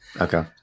Okay